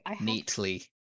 neatly